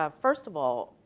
um first of all,